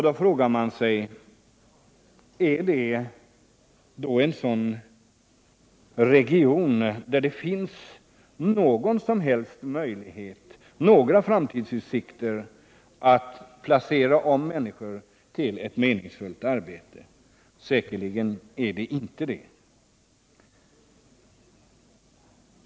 Då frågar man sig: Är Göteborgsregionen en sådan region där det finns några som helst framtidsutsikter att placera om människor till meningsfulla arbeten? Säkerligen inte.